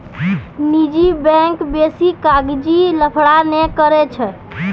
निजी बैंक बेसी कागजी लफड़ा नै करै छै